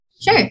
Sure